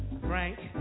Frank